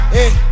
Hey